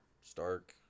Stark